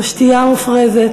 לשתייה מופרזת,